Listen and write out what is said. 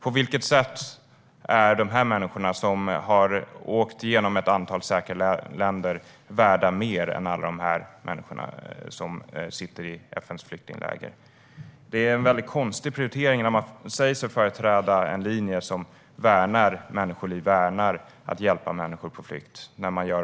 På vilket sätt är de här människorna, som har åkt genom ett antal säkra länder, värda mer än alla de människor som sitter i FN:s flyktingläger? Detta är väldigt konstiga prioriteringar när man säger sig företräda linjen att värna människoliv och hjälpa människor som är på flykt.